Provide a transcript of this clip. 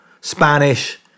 Spanish